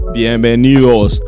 bienvenidos